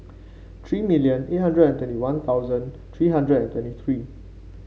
three million eight hundred and twenty One Thousand three hundred and twenty three